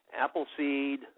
Appleseed